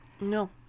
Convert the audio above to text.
No